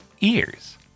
ears